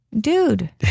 dude